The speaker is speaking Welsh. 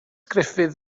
griffith